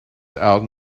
ought